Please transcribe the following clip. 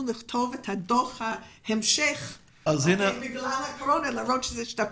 לכתוב את דוח ההמשך למרות שזה השתפר.